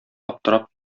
аптырап